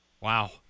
Wow